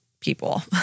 people